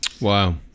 Wow